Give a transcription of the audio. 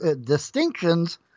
distinctions